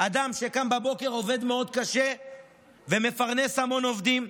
אדם שקם בבוקר ועובד קשה מאוד ומפרנס הרבה עובדים.